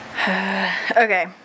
Okay